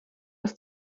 ist